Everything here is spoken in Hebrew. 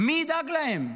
מי ידאג להם?